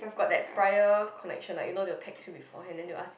got that prior connections lah you know they will text you before and then you ask